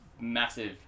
massive